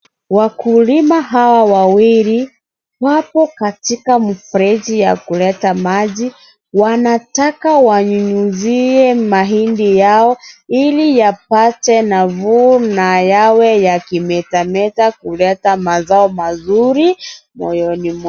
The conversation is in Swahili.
Wakulima hawa wawili wapo katika mfereji ya kuleta maji, wanataka wanyunyizie mahindi yao ili yapate nafuu na yawe yakimetameta na kuleta mazao mazuri moyoni mwao.